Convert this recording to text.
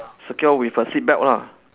secure with a seat belt lah